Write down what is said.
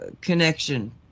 connection